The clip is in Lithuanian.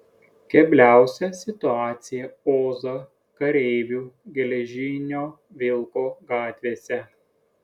kebliausia situacija ozo kareivių geležinio vilko gatvėse